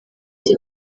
iki